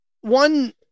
One